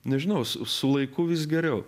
nežinau su su laiku vis geriau